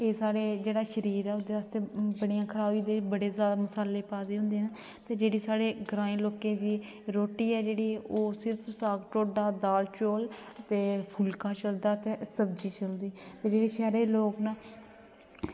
ते एह् जेह्ड़ा साढ़ा शरीर ऐ ओह्दे आस्तै खराब लगदियां ते बड़े जादा मसालै पाए दे होंदे ते जेह्ड़ी साढ़े ग्रांऐं लोकें दी रोटी ऐ जेह्ड़ी ओह् सिर्फ साग ढोड्डा दाल चौल ते फुलका चलदा ते सब्ज़ी चलदी ते जेह्के शैह्रे दे लोग न